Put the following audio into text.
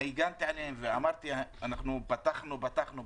והגנתי עליהם ואמרתי: פתחנו, פתחנו.